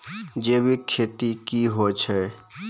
जैविक खेती की होय छै?